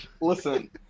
Listen